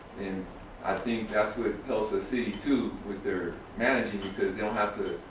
and i think that's where it helps the city too with their managing because they don't have to